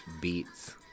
Beats